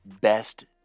best